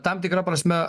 tam tikra prasme